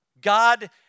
God